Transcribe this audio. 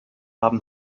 haben